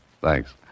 Thanks